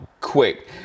Quick